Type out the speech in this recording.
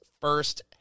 first